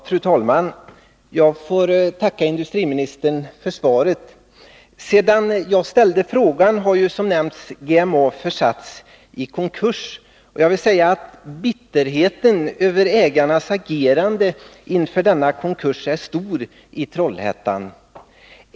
Fru talman! Jag får tacka industriministern för svaret. Sedan jag ställde frågan har, som nämnts, GMA försatts i konkurs, och jag vill säga att bitterheten över ägarnas agerande inför denna konkurs är stor i Trollhättan.